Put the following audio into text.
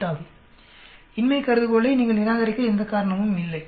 48 ஆகும் இன்மை கருதுகோளை நீங்கள் நிராகரிக்க எந்த காரணமும் இல்லை